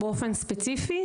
באופן ספציפי,